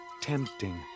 tempting